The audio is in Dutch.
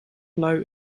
lui